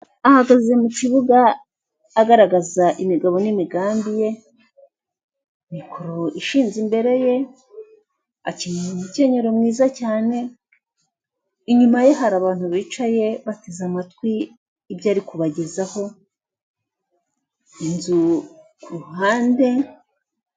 Ahagaze mu kibuga agaragaza imigabo n'imigambi ye mikoro ishinze imbere ye akenyeye umukenyero mwiza cyane, inyuma ye hari abantu bicaye bateze amatwi ibyo ari kubagezaho inzu kuruhande.